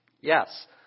Yes